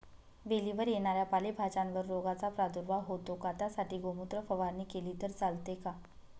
वेलीवर येणाऱ्या पालेभाज्यांवर रोगाचा प्रादुर्भाव होतो का? त्यासाठी गोमूत्र फवारणी केली तर चालते का?